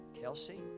Kelsey